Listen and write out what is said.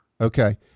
okay